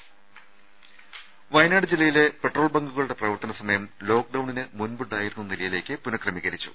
ദേദ വയനാട് ജില്ലയിലെ പെട്രോൾ ബങ്കുകളുടെ പ്രവർത്തന സമയം ലോക്ഡൌണിന് മുമ്പുണ്ടായിരുന്ന നിലയിലേയ്ക്ക് പുനഃക്രമീകരിച്ചു